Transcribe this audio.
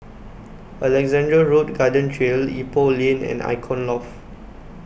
Alexandra Road Garden Trail Ipoh Lane and Icon Loft